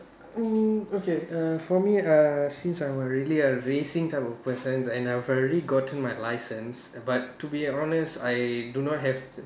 oh okay uh for me uh since I'm really a racing type of person and I've already gotten my license but to be honest I do not have